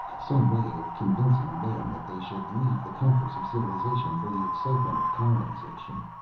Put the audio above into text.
some way of convincing men that they should leave the comforts of civilization for the excitement of colonization.